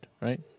right